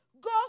go